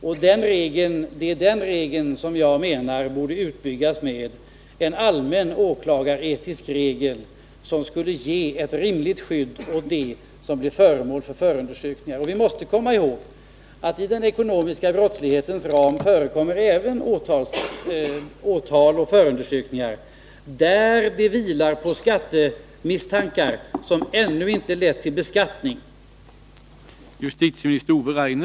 Jag menar att denna regel borde utbyggas med en allmän åklagaretisk regel som skulle ge ett rimligt skydd åt dem som är föremål för förundersökningar. Vi måste komma ihåg att det, vad gäller den ekonomiska brottsligheten, även förekommer åtal och förundersökningar, som vilar på misstankar i skatteärenden som ännu inte lett till beskattning.